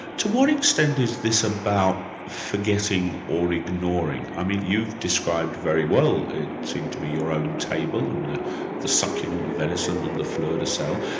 to what extent is this about forgetting or ignoring. i mean you've described very well, it seems to me, your own table, and the the succulent venison and the fleur de sel.